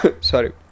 Sorry